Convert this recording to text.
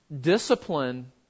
discipline